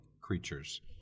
creatures